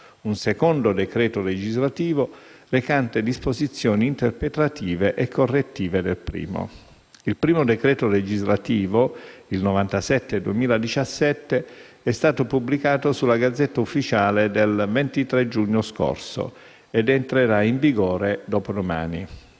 un secondo decreto legislativo recante disposizioni interpretative e correttive del primo. Il primo decreto legislativo - n. 97 del 29 maggio 2017 - è stato pubblicato nella *Gazzetta Ufficiale* del 23 giugno scorso ed entrerà in vigore dopodomani.